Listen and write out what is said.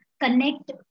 connect